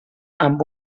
amb